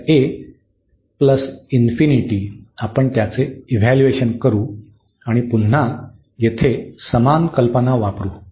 तर a ϵ आपण त्याचे इव्हॅल्यूएशन करू आणि पुन्हा येथे समान कल्पना वापरू